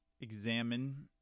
examine